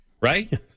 Right